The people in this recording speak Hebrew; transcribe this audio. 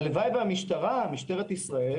הלוואי שמשטרת ישראל,